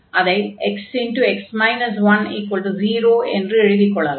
அதை xx 10 என்று எழுதிக் கொள்ளலாம்